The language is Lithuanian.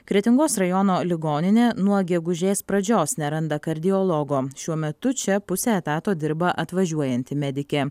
kretingos rajono ligoninė nuo gegužės pradžios neranda kardiologo šiuo metu čia pusę etato dirba atvažiuojanti medikė